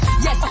Yes